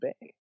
Bay